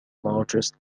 largest